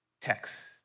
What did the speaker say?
text